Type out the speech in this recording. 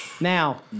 Now